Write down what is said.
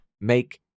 make